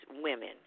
women